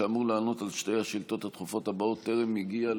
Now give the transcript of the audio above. שאמור לענות על שתי השאילתות הדחופות הבאות טרם הגיע,